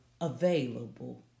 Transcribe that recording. available